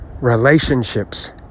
relationships